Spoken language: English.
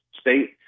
state